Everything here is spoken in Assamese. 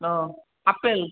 অঁ আপেল